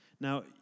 Now